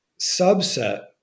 subset